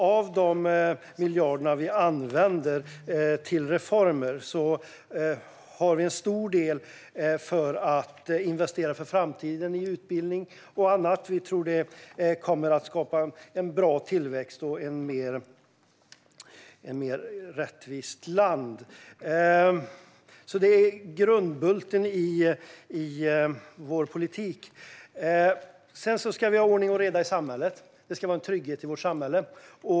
Av de miljarder vi använder till reformer går en stor del till att investera för framtiden i utbildning och annat. Vi tror att det kommer att skapa en bra tillväxt och ett mer rättvist land. Detta är grundbulten i vår politik. Vi ska ha ordning och reda i samhället. Det ska vara en trygghet i vårt samhälle.